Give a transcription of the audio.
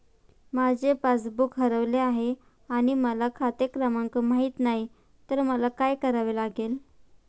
माझे पासबूक हरवले आहे आणि मला खाते क्रमांक माहित नाही तर काय करावे लागेल?